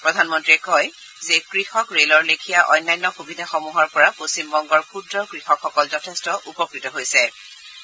প্ৰধানমন্ত্ৰীয়ে কয় যে কৃষক ৰেলৰ লেখিয়া অন্যান্য সুবিধাসমূহৰ পৰা পশ্চিমবংগৰ ক্ষুদ্ৰ কৃষকসকল যথেষ্ঠ উপকৃত হব পাৰিছে